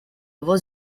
его